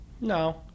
No